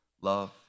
love